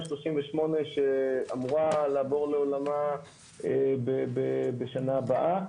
38 שאמורה לעבור לעולמה בשנה הבאה.